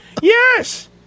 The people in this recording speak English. yes